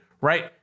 right